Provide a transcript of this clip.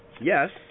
yes